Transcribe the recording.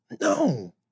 No